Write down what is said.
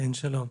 כן, שלום,